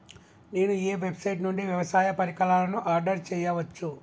నేను ఏ వెబ్సైట్ నుండి వ్యవసాయ పరికరాలను ఆర్డర్ చేయవచ్చు?